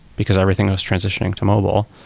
because everything was transitioning to mobile.